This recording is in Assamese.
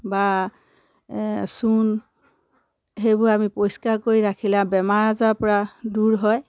বা চূণ সেইবোৰ আমি পৰিষ্কাৰ কৰি ৰাখিলে বেমাৰ আজাৰৰপৰা দূৰ হয়